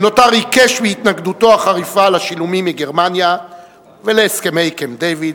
שנותר עיקש בהתנגדותו החריפה לשילומים מגרמניה ולהסכמי קמפ-דייוויד,